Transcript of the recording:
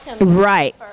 Right